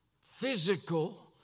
physical